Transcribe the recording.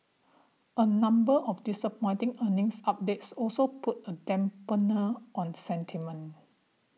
a number of disappointing earnings updates also put a dampener on sentiment